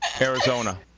Arizona